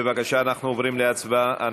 בבקשה, אנחנו עוברים להצבעה.